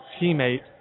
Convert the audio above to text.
teammate